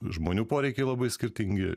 žmonių poreikiai labai skirtingi